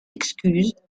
excuses